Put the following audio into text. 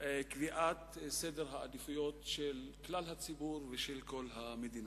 קביעת סדר העדיפויות של כלל הציבור ושל כל המדינה.